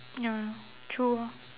ya true ah